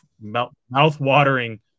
Mouth-watering